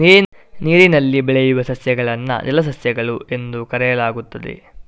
ನೀರಿನಲ್ಲಿ ಬೆಳೆಯುವ ಸಸ್ಯಗಳನ್ನು ಜಲಸಸ್ಯಗಳು ಎಂದು ಕರೆಯಲಾಗುತ್ತದೆ